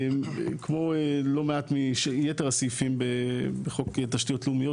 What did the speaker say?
כמו לא מעט מיתר הסעיפים בחוק תשתיות לאומיות,